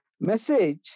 message